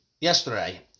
yesterday